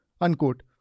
Unquote